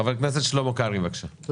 חבר הכנסת שלמה קרעי, בבקשה.